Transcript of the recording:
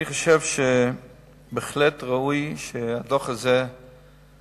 אני חושב שבהחלט ראוי שעל הדוח הזה יהיה